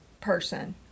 person